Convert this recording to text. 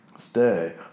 Stay